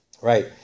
Right